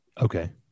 okay